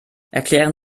erklären